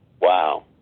wow